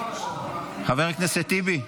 חבר הכנסת טיבי,